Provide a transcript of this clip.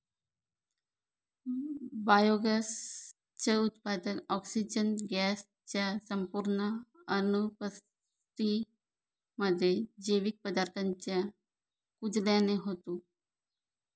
biogas च उत्पादन, oxygen gas च्या संपूर्ण अनुपस्थितीमध्ये, जैविक पदार्थांच्या कुजल्याने होतं